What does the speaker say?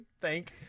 thank